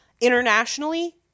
internationally